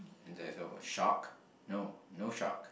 and there's a shark no no shark